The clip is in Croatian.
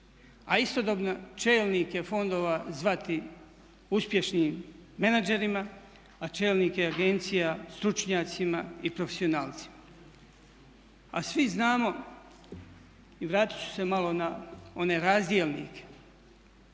a istodobno čelnike fondova zvati uspješnim menadžerima a čelnike agencija stručnjacima i profesionalcima. A svi znamo i vratiti ću se malo na one razdjelnike,